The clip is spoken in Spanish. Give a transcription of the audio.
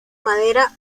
madera